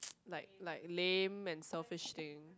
like like lame and selfish thing